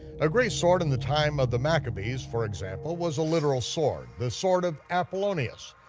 a great sword in the time of the maccabees, for example, was a literal sword, the sword of apollonius,